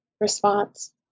response